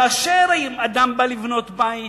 כאשר אדם בא לבנות בית